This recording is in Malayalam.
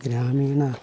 ഗ്രാമീണ